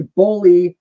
bully